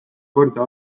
korda